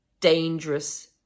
dangerous